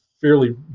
fairly